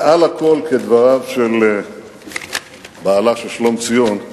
מעל הכול כדבריו של בעלה של שלומציון,